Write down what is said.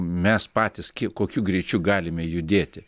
mes patys kiek kokiu greičiu galime judėti